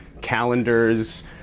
calendars